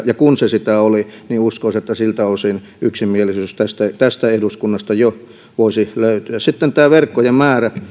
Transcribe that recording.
ja kun se sitä oli niin uskoisi että siltä osin yksimielisyys tästä tästä eduskunnasta voisi jo löytyä tämä verkkojen määrä